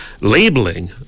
Labeling